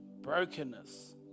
brokenness